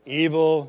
evil